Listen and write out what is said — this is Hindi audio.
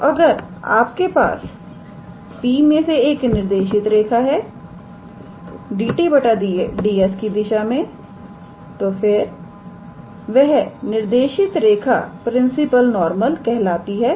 तो अगर आप के पास P मे से एक निर्देशित रेखा है 𝑑𝑡 𝑑𝑠 की दिशा में तो फिर वह निर्देशित रेखा प्रिंसिपल नॉर्मल कहलाती है